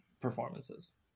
performances